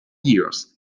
years